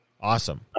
Awesome